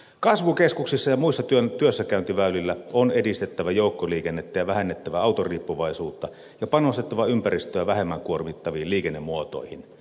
kasvukeskuksissa ja muilla työssäkäyntiväylillä on edistettävä joukkoliikennettä ja vähennettävä autoriippuvaisuutta ja panostettava ympäristöä vähemmän kuormittaviin liikennemuotoihin